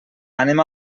anem